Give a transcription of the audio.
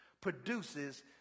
Produces